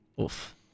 Oof